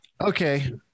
Okay